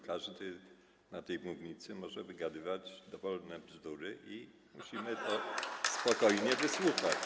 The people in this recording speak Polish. Każdy na tej mównicy może wygadywać dowolne bzdury i musimy tego spokojnie wysłuchać.